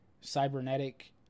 cybernetic